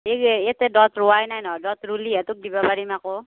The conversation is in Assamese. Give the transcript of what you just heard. এই এতে দ'ত ৰুোৱাই নাই নহয় দ'ত ৰুলিহে তোক দিব পাৰিম আকৌ